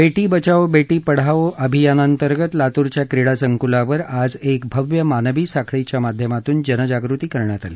बेटी बचाओ बेटी पढाओ अभियानांतर्गत लातूरच्या क्रीडा संकुलावर आज एक भव्य मानवी साखळीच्या माध्यमातून जनजागृती करण्यात आली